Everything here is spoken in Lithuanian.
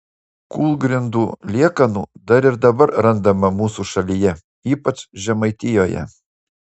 kūlgrindų liekanų dar ir dabar randama mūsų šalyje ypač žemaitijoje